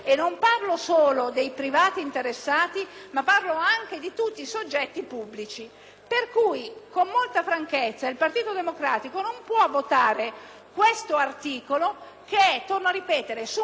Quindi, con molta franchezza, il Partito Democratico non può votare questo articolo che verte - torno a ripetere - su un problema vero e reale, ma che in maniera troppo frettolosa di fatto rischia di fare più danni